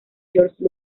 george